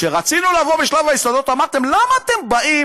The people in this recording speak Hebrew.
כשרצינו לבוא בשלב היסודות אמרתם: למה אתם באים